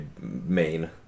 main